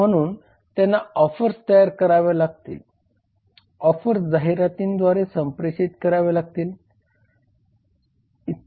म्हणून त्यांना ऑफर्स तयार कराव्या लागतील ऑफर्स जाहिरातींद्वारे संप्रेषित कराव्या लागतील इ